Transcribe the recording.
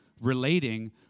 relating